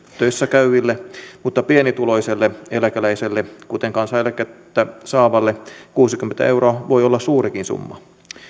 käyville mutta pienituloiselle eläkeläiselle kuten kansaneläkettä saavalle kuusikymmentä euroa voi olla suurikin summa